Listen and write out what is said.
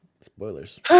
Spoilers